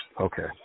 Okay